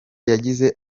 yagize